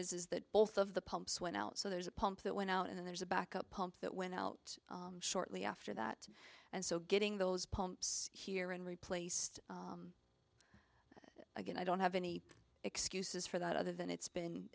problem is that both of the pumps went out so there's a pump that went out and there's a backup pump that went out shortly after that and so getting those pumps here and replaced it again i don't have any excuses for that other than it's been